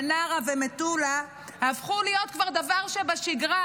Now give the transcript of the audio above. מנרה ומטולה הפכו להיות כבר דבר שבשגרה,